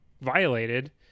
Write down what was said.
violated